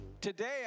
Today